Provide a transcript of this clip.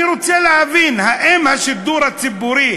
אני רוצה להבין, האם השידור הציבורי